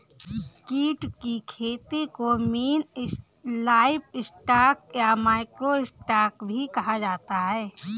कीट की खेती को मिनी लाइवस्टॉक या माइक्रो स्टॉक भी कहा जाता है